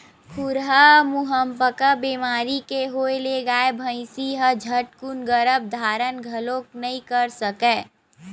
खुरहा मुहंपका बेमारी के होय ले गाय, भइसी ह झटकून गरभ धारन घलोक नइ कर सकय